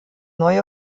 neue